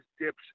dips